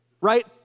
right